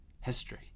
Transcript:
history